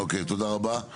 אוקיי, תודה רבה.